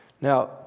Now